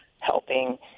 helping